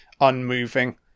unmoving